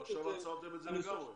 אבל עכשיו עצרתם את זה לגמרי.